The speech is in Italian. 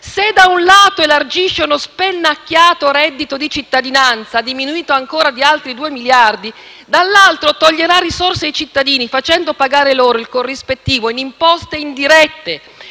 se da un lato elargisce uno spennacchiato reddito di cittadinanza, diminuito di altri 2 miliardi, dall'altro toglierà risorse ai cittadini facendo pagare loro il corrispettivo in imposte indirette.